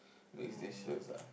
with this shows ah